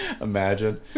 Imagine